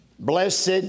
Blessed